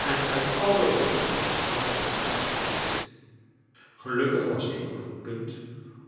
en uit aller borst ontsnapte een angstkreet gelukkig was ik op het punt